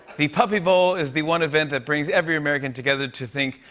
the puppy bowl is the one event that brings every american together to think,